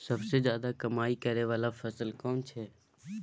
सबसे ज्यादा कमाई करै वाला फसल कोन छै?